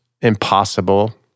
impossible